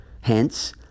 Hence